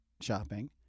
shopping